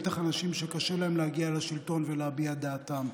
בטח אנשים שקשה להם להגיע לשלטון ולהביע דעתם.